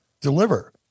deliver